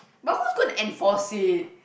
but who's going to enforce it